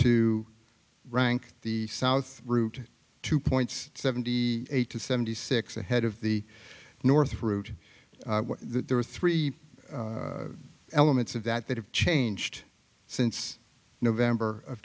to rank the south route two points seventy eight to seventy six ahead of the north route there are three elements of that that have changed since november of